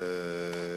ערב